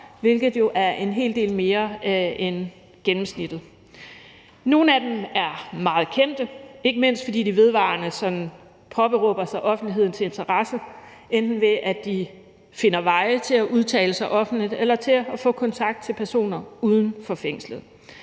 hvilket er en hel del mere end gennemsnittet. Nogle af dem er meget kendte, ikke mindst fordi de vedvarende påberåber sig offentlighedens interesse, enten ved at de finder veje til at udtale sig offentligt eller til at få kontakt til personer uden for fængslet.